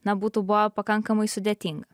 na būtų buvę pakankamai sudėtinga